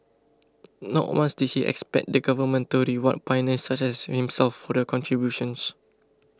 not once did he expect the government to reward pioneers such as himself for their contributions